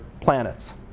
planets